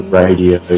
radio